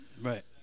Right